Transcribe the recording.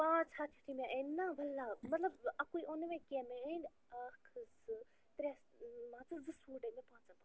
پانٛژھ ہَتھ یِتھُے مےٚ أنۍ نا وللہ مطلب اَکُے اوٚن نہٕ مےٚ کیٚنٛہہ مےٚ أنۍ اَکھ زٕ ترٛےٚ مان ژٕ زٕ سوٗٹ أنۍ مےٚ پانٛژن ہتن